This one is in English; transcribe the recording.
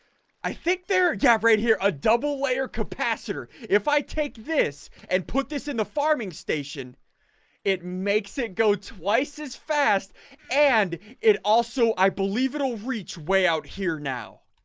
i think there gap right here a double layer capacitor if i take this and put this in the farming station it makes it go twice as fast and it also. i believe it will reach way out here now